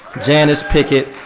janice picket,